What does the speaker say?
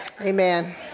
Amen